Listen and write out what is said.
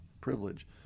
privilege